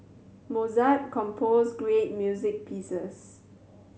Mozart composed great music pieces